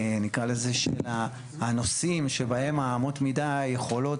נקרא לזה של הנושאים שבהם אמות המידה יכולות,